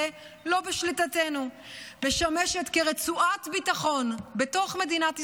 לא בשליטתנו ומשמשים כרצועת ביטחון בתוך מדינת ישראל.